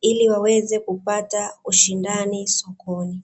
ili waweze kupata ushindani sokoni.